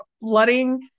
flooding